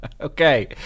okay